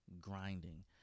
grinding